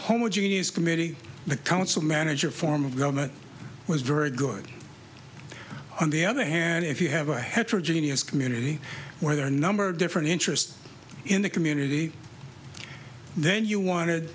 homogeneous committee the council manager form of government was very good on the other hand if you have a heterogeneous community where there are a number of different interests in the community then you wanted